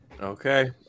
Okay